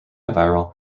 viral